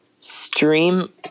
stream